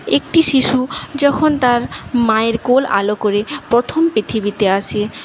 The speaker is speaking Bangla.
একটি শিশু যখন তার মায়ের কোল আলো করে প্রথম পৃথিবীতে আসে